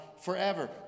forever